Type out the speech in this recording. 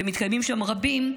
ומתקיימים שם רבים,